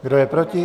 Kdo je proti?